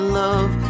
love